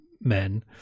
men